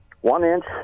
one-inch